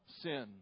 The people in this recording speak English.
sin